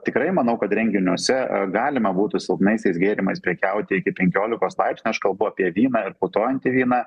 tikrai manau kad renginiuose galima būtų silpnaisiais gėrimais prekiauti iki penkiolikos laipsnių aš kalbu apie vyną ir putojantį vyną